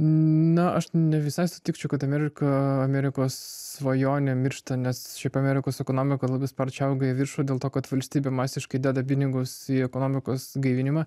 nu aš ne visai sutikčiau kad amerika amerikos svajonė miršta nes šiaip amerikos ekonomika labai sparčiai auga į viršų dėl to kad valstybė masiškai deda pinigus į ekonomikos gaivinimą